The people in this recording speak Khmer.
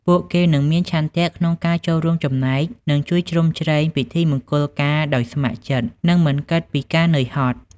ពួកគេនឹងមាន ឆន្ទៈ ក្នុងការចូលរួមចំណែក និង ជួយជ្រោមជ្រែង ពិធីមង្គលការដោយស្ម័គ្រចិត្ត និងមិនគិតពីការនឿយហត់។